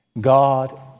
God